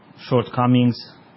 shortcomings